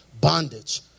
bondage